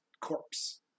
corpse